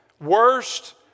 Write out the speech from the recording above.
worst